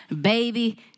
Baby